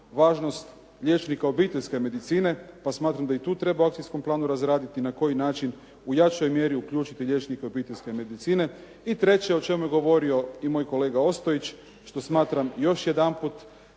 važnost liječnika obiteljske medicine pa smatra da i tu treba u akcijskom planu razraditi na koji način u jačoj mjeri uključiti liječnike obiteljske medicine. I treće, o čemu je govorio i moj kolega Ostojić, što smatram još jedanput